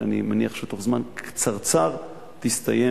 שאני מניח שבתוך זמן קצרצר תסתיים,